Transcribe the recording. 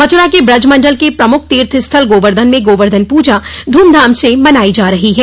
मथुरा के ब्रज मंडल के प्रमुख तीर्थस्थल गोवर्धन में गोवर्धन प्रजा ध्मधाम से मनाई जा रही है